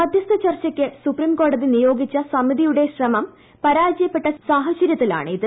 മധ്യസ്ഥ ചർച്ചയ്ക്ക് സുപ്രീംകോടതി നിയോഗിച്ച സമിതിയുടെ ശ്രമം പരാജയപ്പെട്ട പശ്ചാത്തലത്തിലാണിത്